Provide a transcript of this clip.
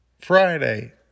Friday